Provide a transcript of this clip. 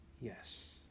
yes